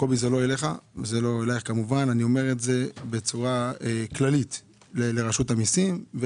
ואת זה אני אומר בצורה כללית לרשות המסים.